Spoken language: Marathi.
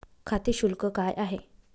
खाते शुल्क काय आहे?